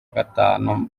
gatanu